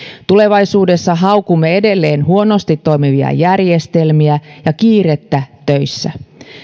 tulevaisuudessa haukumme edelleen huonosti toimivia järjestelmiä ja kiirettä töissä